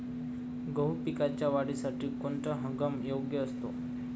गहू पिकाच्या वाढीसाठी कोणता हंगाम योग्य असतो?